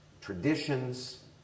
traditions